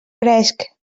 fresc